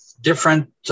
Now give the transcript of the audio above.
different